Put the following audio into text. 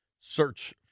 search